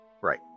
Right